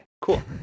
cool